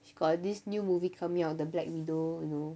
she got this new movie coming out the black widow you know